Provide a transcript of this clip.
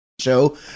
Show